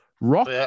rock